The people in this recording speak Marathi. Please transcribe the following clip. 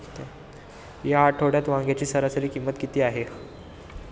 या आठवड्यात वांग्याची सरासरी किंमत किती आहे?